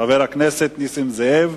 חבר הכנסת נסים זאב,